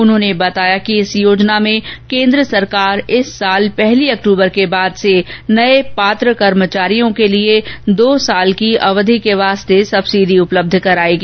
उन्होंने बताया कि इस योजना में केन्द्र सरकार इस वर्ष पहली अक्टूबर के बाद से नए पात्र कर्मचारियों के लिए दो वर्ष की अवधि के लिए सब्सिडी उपलब्ध कराएगी